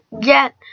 get